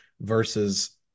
versus